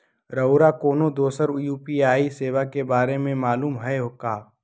रउरा कोनो दोसर यू.पी.आई सेवा के बारे मे मालुम हए का?